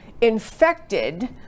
infected